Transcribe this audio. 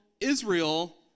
Israel